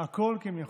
הכול כי הם יכולים.